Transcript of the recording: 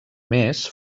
més